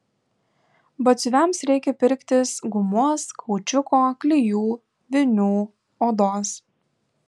batsiuviams reikia pirktis gumos kaučiuko klijų vinių odos